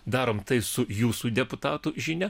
darom tai su jūsų deputatų žinia